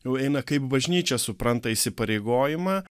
jau eina kaip bažnyčia supranta įsipareigojimą